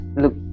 Look